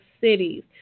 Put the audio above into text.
cities